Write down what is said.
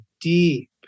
deep